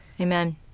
Amen